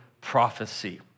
prophecy